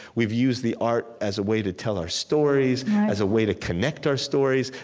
we've used the art as a way to tell our stories, as a way to connect our stories.